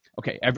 okay